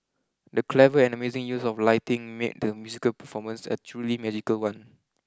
the clever and amazing use of lighting made the musical performance a truly magical one